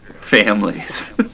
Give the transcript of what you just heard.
families